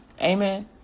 Amen